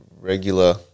regular